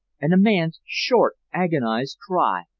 and a man's short agonized cry.